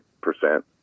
percent